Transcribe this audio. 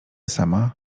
sama